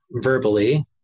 verbally